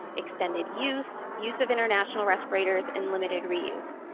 extended use, use of international respirators, and limited reuse.